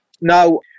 Now